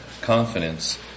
confidence